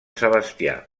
sebastià